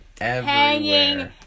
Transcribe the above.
hanging